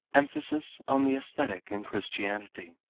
emphasis on the aesthetic in christianity